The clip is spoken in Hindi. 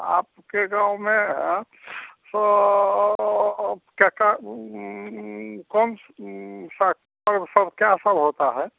आपके गाँव में फो क्या क्या कौन सब सब क्या सब होता है